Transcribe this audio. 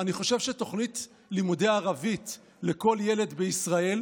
אני חושב שתוכנית לימודי ערבית לכל ילד בישראל,